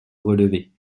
relever